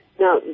Now